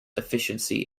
efficiency